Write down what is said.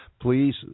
please